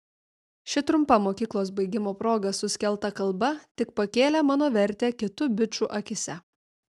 ši trumpa mokyklos baigimo proga suskelta kalba tik pakėlė mano vertę kitų bičų akyse